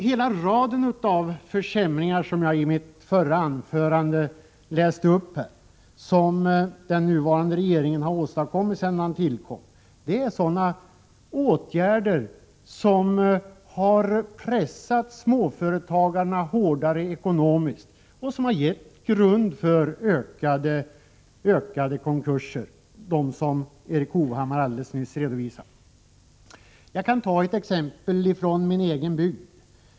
Hela den rad av försämringar som den nuvarande regeringen har åstadkommit sedan den tillträdde och som jag läste upp i mitt förra anförande har pressat småföretagarna hårt ekonomiskt och utgjort grund för ett ökat antal konkurser, som Erik Hovhammar alldeles nyss redovisade. Jag kan ta ett exempel från min egen hembygd.